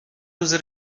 روزه